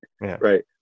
Right